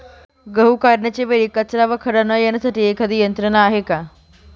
गहू काढणीच्या वेळी कचरा व खडा न येण्यासाठी एखादी यंत्रणा आहे का?